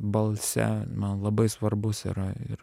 balse man labai svarbus yra ir